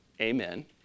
Amen